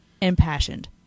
impassioned